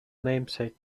namesake